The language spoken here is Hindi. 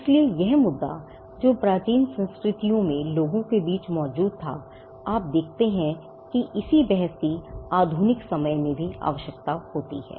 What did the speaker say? इसलिए यह मुद्दा जो प्राचीन संस्कृतियों में लोगों के बीच मौजूद थाआप देखते हैं कि इसी बहस की आधुनिक समय में भी आवश्यकता होती है